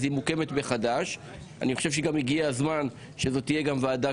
היא מוקמת מחדש - אני גם חושב שהגיע הזמן שזאת תהיה ועדה